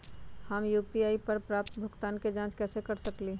हम यू.पी.आई पर प्राप्त भुगतान के जाँच कैसे कर सकली ह?